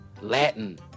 Latin